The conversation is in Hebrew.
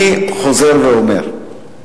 אני חוזר ואומר: